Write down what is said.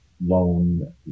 loan